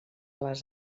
les